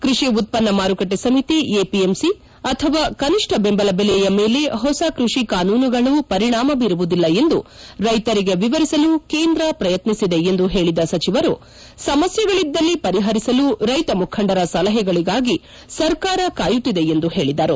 ಕೃಷಿ ಉತ್ಪನ್ನ ಮಾರುಕಟ್ಟೆ ಸಮಿತಿ ಎಪಿಎಂಸಿ ಅಥವಾ ಕನಿಷ್ಠ ಬೆಂಬಲ ಬೆಲೆಯ ಮೇಲೆ ಹೊಸ ಕೃಷಿ ಕಾನೂನುಗಳು ಪರಿಣಾಮ ಬೀರುವುದಿಲ್ಲ ಎಂದು ರೈತರಿಗೆ ವಿವರಿಸಲು ಕೇಂದ್ರ ಪ್ರಯತ್ನಿಸಿದೆ ಎಂದು ಹೇಳಿದ ಸಚಿವರು ಸಮಸ್ನೆಗಳಿದ್ದಲ್ಲಿ ಪರಿಹರಿಸಲು ರೈತ ಮುಖಂಡರ ಸಲಹೆಗಳಿಗಾಗಿ ಸರ್ಕಾರ ಕಾಯುತ್ತಿದೆ ಎಂದು ಹೇಳಿದರು